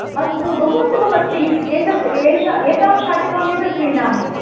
अस्तु बहु उत्तममस्ति एतद् एषा एतां शाटिकां एव क्रीणामि